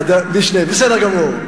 בסדר גמור.